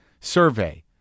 survey